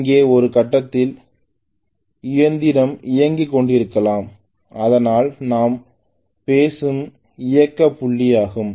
இங்கே ஒரு கட்டத்தில் இயந்திரம் இயங்கிக்கொண்டிருக்கலாம் இதுதான் நாம் பேசும் இயக்க புள்ளியாகும்